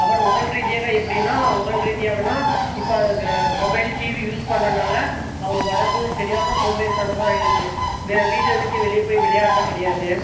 அப்பபுறம் உடல் ரீதியாக எப்படின்னா உடல் ரீதியாகன்னால் இப்போ அதுக்கு மொபைல் டிவி யூஸ் பண்றதுனால் அவங்க உடம்பு சரியான சோம்பேறித்தனமாக ஆகிடுது வீட்டை விட்டு வெளியே போய் விளையாடுறது கிடையாது